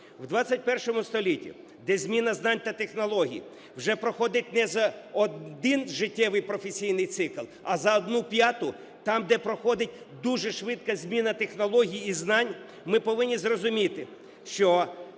В ХХІ столітті, де зміна знань та технологій вже проходить не за один життєвий професійний цикл, а за одну п'яту, там, де проходить дуже швидка зміна технологій і знань, ми повинні зрозуміти, що